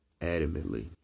adamantly